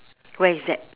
where is that